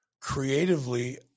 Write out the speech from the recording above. creatively